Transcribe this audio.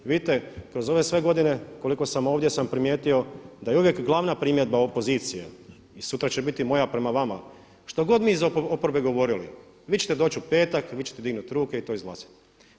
Vidite kroz ove sve godine koliko sam ovdje sam primijetio da je uvijek glavna primjedba opozicije, i sutra će biti o moja prema vama što god mi iz oporbe govorili, vi ćete doći u petak, vi ćete dignuti ruke i to izglasati.